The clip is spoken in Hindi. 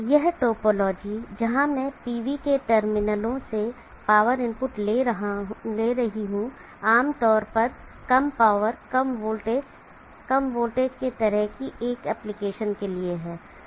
यह टोपोलॉजी जहां मैं PV के टर्मिनलों से पावर इनपुट ले रहा हूं आम तौर पर कम पावर कम वोल्टेज कम वोल्टेज के तरह की एक एप्लीकेशन के लिए है